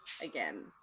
again